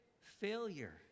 failure